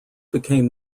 became